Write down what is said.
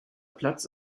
platz